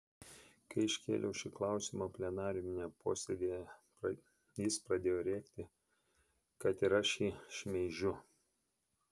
kai iškėliau šį klausimą plenariniame posėdyje jis pradėjo rėkti kad ir aš jį šmeižiu